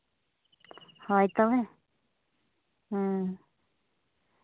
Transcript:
ᱦᱳᱭ ᱛᱚᱵᱮ ᱦᱮᱸ